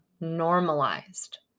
normalized